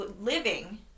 living